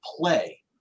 play